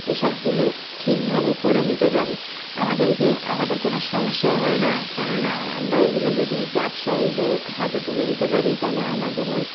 এসবগুলো ঠিকভাবে করে নিতে পারি আমাদেরকে আমাদের কোনো সমস্যাই হয় না কেননা আমরা এগুলো যদি ব্যবসায়ীদের হাতে তুলে দিতে পারি তাহলে আমাদেরও